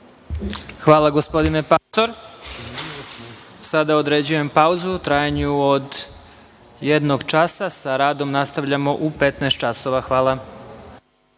Hvala, gospodine Pastor. Sada određujem pauzu u trajanju od jednog sata i sa radom nastavljamo u 15,00 časova. Hvala